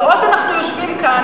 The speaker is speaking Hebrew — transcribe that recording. בעוד אנחנו יושבים כאן,